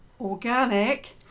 organic